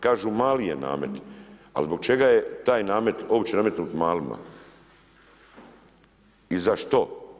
Kažu mali je namet ali zbog čega je taj namet uopće nametnut malima i za što?